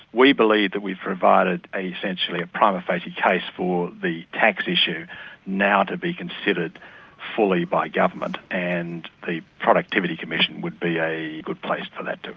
we believe that we've provided essentially a prima facie case for the tax issue now to be considered fully by government. and the productivity commission would be a good place for that to